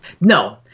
No